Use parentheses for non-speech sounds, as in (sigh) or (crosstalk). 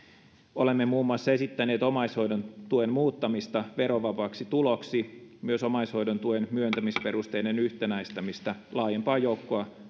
olemme muun muassa esittäneet omaishoidon tuen muuttamista verovapaaksi tuloksi myös omaishoidon tuen myöntämisperusteiden yhtenäistämistä laajempaa joukkoa (unintelligible)